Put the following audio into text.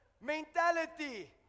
mentality